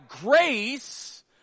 grace